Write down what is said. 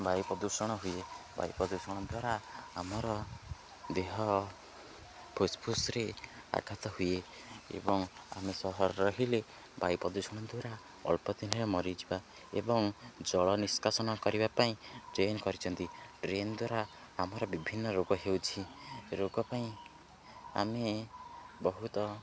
ବାୟୁ ପ୍ରଦୂଷଣ ହୁଏ ବାୟୁ ପ୍ରଦୂଷଣ ଦ୍ୱାରା ଆମର ଦେହ ଫୁସଫୁସରେ ଆଘାତ ହୁଏ ଏବଂ ଆମେ ସହରରେ ରହିଲେ ବାୟୁ ପ୍ରଦୂଷଣ ଦ୍ୱାରା ଅଳ୍ପ ଦିନରେ ମରିଯିବା ଏବଂ ଜଳ ନିଷ୍କାସନ କରିବା ପାଇଁ ଡ୍ରେନ କରିଛନ୍ତି ଡ୍ରେନ ଦ୍ୱାରା ଆମର ବିଭିନ୍ନ ରୋଗ ହେଉଛି ରୋଗ ପାଇଁ ଆମେ ବହୁତ